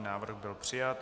Návrh byl přijat.